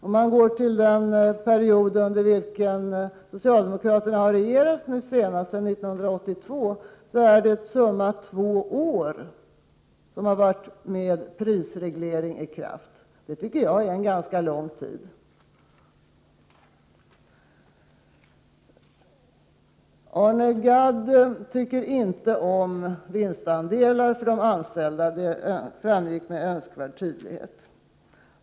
Om man går till den period under vilken socialdemokraterna har regerat nu senast, sedan 1982, har prisregleringen varit i kraft under summa två år. Det tycker jag är en ganska lång tid. Arne Gadd tycker inte om vinstandelar för de anställda, det framgick med önskvärd tydlighet.